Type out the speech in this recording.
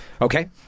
okay